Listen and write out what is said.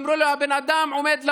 אומרים לו: הבן אדם עומד למות,